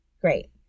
great